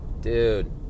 dude